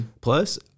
plus